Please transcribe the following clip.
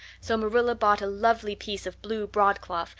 so marilla bought a lovely piece of blue broadcloth,